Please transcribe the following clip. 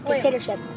Dictatorship